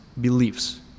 beliefs